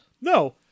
No